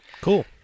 Cool